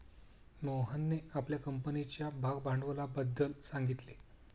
मोहनने आपल्या कंपनीच्या भागभांडवलाबद्दल सांगितले